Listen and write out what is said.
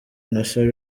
innocent